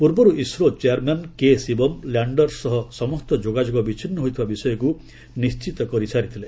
ପୂର୍ବରୁ ISRO chairman K Sivan lander ସହ ସମସ୍ତ ଯୋଗାଯୋଗ ବିଚ୍ଛିନ୍ନ ହୋଇଥିବା ବିଷୟକୁ ନିଶ୍ଚିତ କରିସାରିଥିଲେ